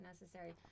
necessary